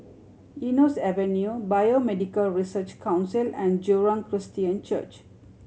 Eunos Avenue Biomedical Research Council and Jurong Christian Church